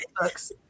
books